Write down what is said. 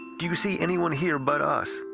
do you see anyone here but us?